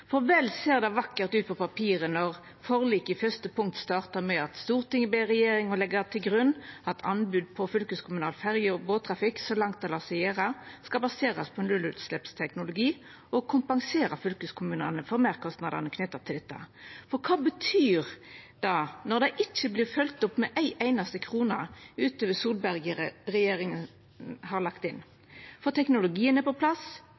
For vel ser det vakkert ut på papiret når forliket i første punkt startar med: «Stortinget ber regjeringen legge til grunn at anbud i fylkeskommunal ferje- og båttrafikk så langt det lar seg gjøre skal baseres på nullutslippsteknologi, og kompensere fylkeskommuner for merkostnader knyttet til dette.» Men kva betyr det når det ikkje vert følgt opp med ei einaste krone utover det Solberg-regjeringa har lagt inn? For teknologien er på plass,